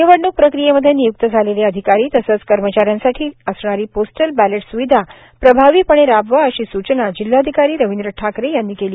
निवडणूक प्रक्रियेमध्ये नियूक्त झालेले अधिकारी तसेच कर्मचाऱ्यांसाठी असणारी पोस्टल बॅलेट सुविधा प्रभावीपणे राबवा अशी सूचना जिल्हाधिकारी रविंद्र ठाकरे यांनी केली